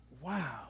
Wow